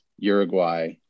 uruguay